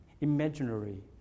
imaginary